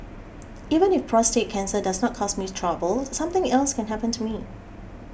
even if prostate cancer does not cause me trouble something else can happen to me